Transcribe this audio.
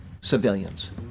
civilians